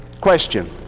question